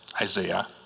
Isaiah